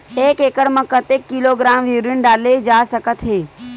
एक एकड़ म कतेक किलोग्राम यूरिया डाले जा सकत हे?